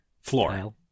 floor